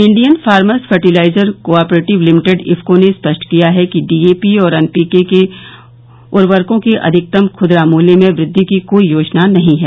Indian farmers fertiliser cooperative limited IFFCO ने स्पष्ट किया कि डीएपी और एनपीके उर्वरकों के अधिकतम खुदरा मूल्य में वृद्धि की कोई योजना नहीं है